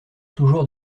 toujours